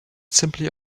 simply